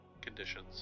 conditions